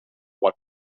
what